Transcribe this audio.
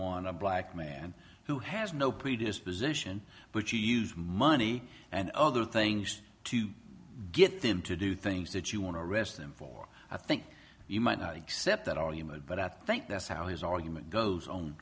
one a black man who has no predisposition but you use money and other things to get them to do things that you want to arrest them for i think you might i except that argument but at night that's how his argument goes o